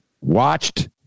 watched